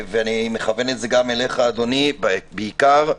אני מכוון את זה גם אליך אדוני, בעיקר,